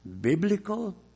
biblical